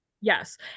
Yes